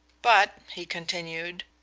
but, he continued,